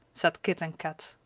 said kit and kat.